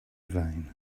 vain